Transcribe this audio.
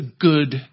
good